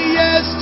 yes